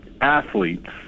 athletes